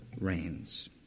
reigns